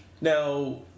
Now